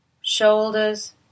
shoulders